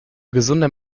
gesunder